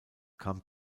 kam